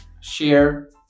Share